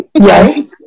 Right